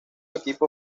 equipo